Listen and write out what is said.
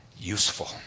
useful